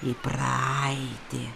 į praeitį